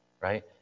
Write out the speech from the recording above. right